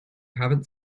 haven’t